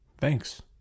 Thanks